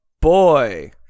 boy